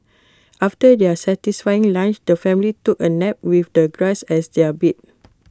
after their satisfying lunch the family took A nap with the grass as their bee